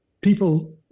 people